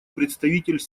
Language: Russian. представитель